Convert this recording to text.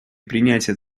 принятие